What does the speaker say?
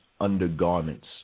undergarments